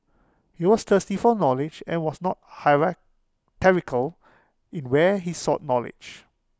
he was thirsty for knowledge and was not hierarchical in where he sought knowledge